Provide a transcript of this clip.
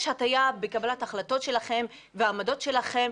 יש הטיה בקבלת ההחלטות שלכם והעמדות שלכם,